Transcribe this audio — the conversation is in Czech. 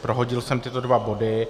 Prohodil jsem tyto dva body.